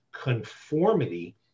conformity